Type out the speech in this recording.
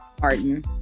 Martin